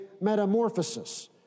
metamorphosis